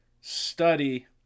study